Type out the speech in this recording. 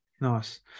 Nice